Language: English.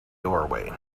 doorway